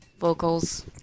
vocals